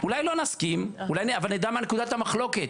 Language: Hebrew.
אולי לא נסכים אבל נדע מהי נקודת המחלוקת.